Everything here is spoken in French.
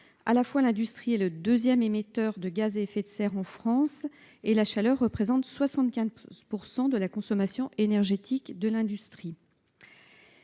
En effet, l’industrie est le deuxième émetteur de gaz à effet de serre en France et la chaleur représente 75 % de la consommation énergétique de l’industrie.